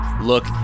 look